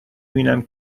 بینم